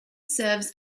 serves